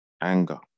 anger